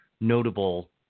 notable